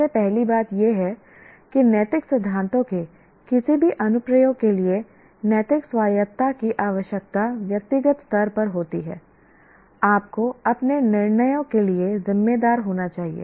सबसे पहली बात यह है कि नैतिक सिद्धांतों के किसी भी अनुप्रयोग के लिए नैतिक स्वायत्तता की आवश्यकता व्यक्तिगत स्तर पर होती है आपको अपने निर्णयों के लिए जिम्मेदार होना चाहिए